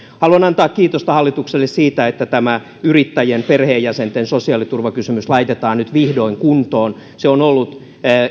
haluan antaa kiitosta hallitukselle siitä että tämä yrittäjien perheenjäsenten sosiaaliturvakysymys laitetaan nyt vihdoin kuntoon se on ollut